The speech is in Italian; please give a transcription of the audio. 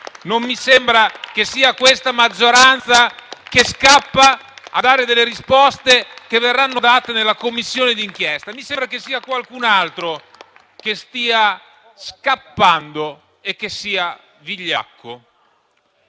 Non mi sembra che sia questa maggioranza a scappare per non dare le risposte che verranno date dalla Commissione d'inchiesta. Mi sembra che sia qualcun altro che stia scappando e che sia vigliacco.